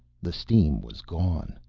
the steam was gone.